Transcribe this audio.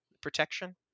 protection